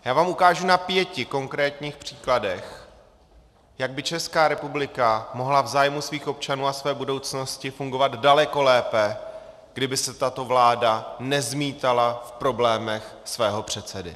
Já vám ukážu na pěti konkrétních příkladech, jak by Česká republika mohla v zájmu svých občanů a své budoucnosti fungovat daleko lépe, kdyby se tato vláda nezmítala v problémech svého předsedy.